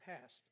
past